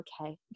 okay